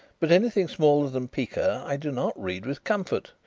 but anything smaller than pica i do not read with comfort,